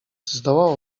zdołała